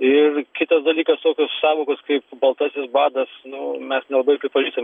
ir kitas dalykas tokios sąvokos kaip baltasis badas nu mes nelabai pripažįstam